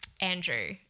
Andrew